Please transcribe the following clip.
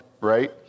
right